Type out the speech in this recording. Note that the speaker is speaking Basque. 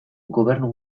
gobernu